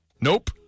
Nope